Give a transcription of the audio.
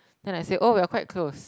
then I say oh we are quite close